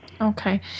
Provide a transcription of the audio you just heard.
Okay